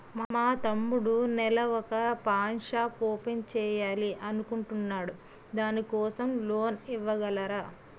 మా తమ్ముడు నెల వొక పాన్ షాప్ ఓపెన్ చేయాలి అనుకుంటునాడు దాని కోసం లోన్ ఇవగలరా?